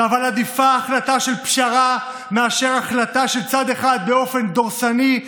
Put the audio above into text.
אבל עדיפה החלטה של פשרה מאשר החלטה של צד אחד באופן דורסני,